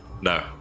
No